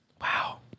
Wow